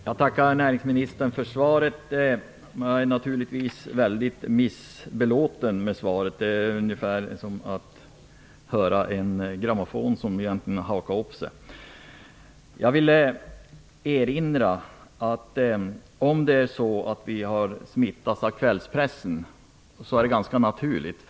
Fru talman! Jag tackar näringsministern för svaret, men jag är naturligtvis väldigt missbelåten med det. Det är ungefär som att höra en grammofonskiva som har hakat upp sig. Om vi har smittats av kvällspressen är det ganska naturligt.